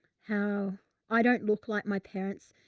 how i don't look like my parents,